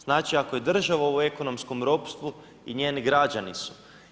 Znači, ako je država u ekonomskom ropstvu i njeni građani su.